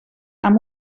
amb